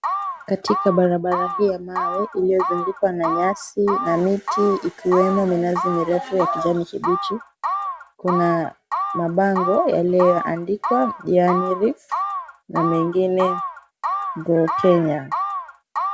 Katika barabara hii ya mawe ilio zungukwa na nyasi na miti ikiwemo minazi mirefu ya kijani kibichi kuna mabango yalio andikwa Janary na mengine Deltenia.